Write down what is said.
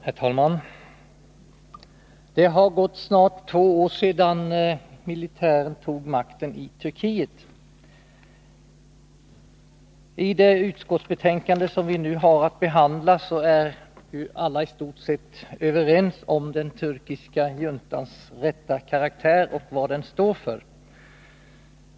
Herr talman! Det har gått snart två år sedan militären tog makten i Turkiet. I det utskottsbetänkande som vi nu har att behandla är alla i stort sett överens om den turkiska juntans rätta karaktär och vad den står för.